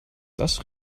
das